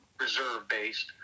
reserve-based